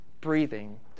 breathing